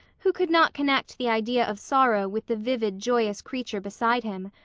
who could not connect the idea of sorrow with the vivid, joyous creature beside him,